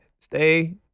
stay